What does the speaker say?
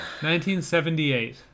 1978